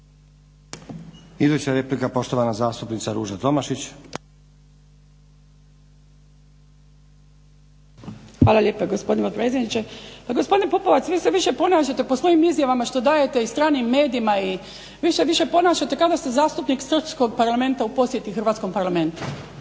Hvala lijepa gospodine potpredsjedniče. Pa gospodine Pupovac vi se više ponašate po svojim izjavama što dajete i stranim medijima i vi se više ponašate kao da ste zastupnik Srpskog parlamenta u posjeti Hrvatskom parlamentu.